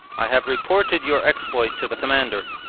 i have reported your exploit to the commander.